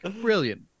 brilliant